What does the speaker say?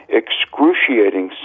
excruciating